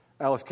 Alice